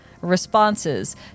responses